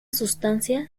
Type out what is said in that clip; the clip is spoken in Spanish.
sustancia